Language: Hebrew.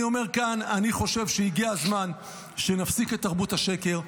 אני אומר כאן: אני חושב שהגיע הזמן שנפסיק את תרבות השקר,